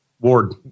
Ward